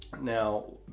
Now